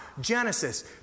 Genesis